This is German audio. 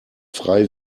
frei